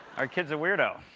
our kid's a weirdo.